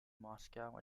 moscow